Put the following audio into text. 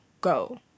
go